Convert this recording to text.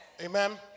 Amen